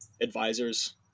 Advisors